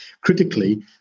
critically